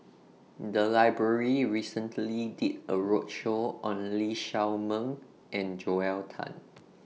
The Library recently did A roadshow on Lee Shao Meng and Joel Tan